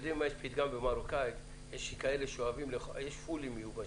יש פתגם במרוקאית יש פולים מיובשים,